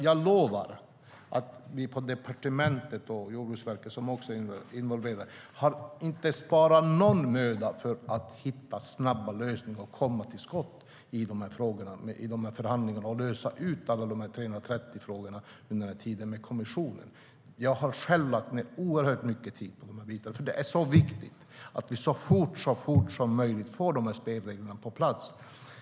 Jag lovar att vi på departementet och Jordbruksverket, som också är involverat, inte har sparat någon möda för att hitta snabba lösningar, komma till skott i förhandlingarna och lösa ut alla de 330 frågorna med kommissionen under den här tiden. Jag har själv lagt ned oerhört mycket tid på de bitarna. Det är viktigt att vi så fort som möjligt får spelreglerna på plats.